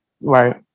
Right